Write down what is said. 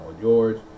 George